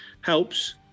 helps